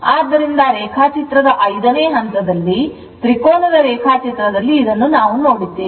ಆದ್ದರಿಂದ ರೇಖಾಚಿತ್ರದ 5 ನೇ ಹಂತದಲ್ಲಿ ತ್ರಿಕೋನದ ರೇಖಾಚಿತ್ರದಲ್ಲಿ ನಾವು ಇದನ್ನು ನೋಡಿದ್ದೇವೆ